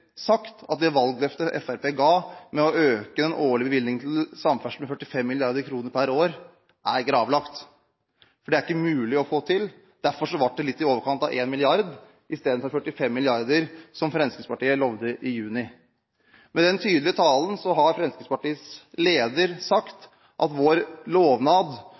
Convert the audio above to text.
sagt at valgløftet Fremskrittspartiet ga om å øke den årlige bevilgningen til samferdsel med 45 mrd. kr per år, er gravlagt, for det er ikke mulig å få til. Derfor ble det litt i overkant av 1 mrd. kr istedenfor 45 mrd. kr, som Fremskrittspartiet lovet i juli. Med den tydelige talen har Fremskrittspartiets leder sagt at deres lovnad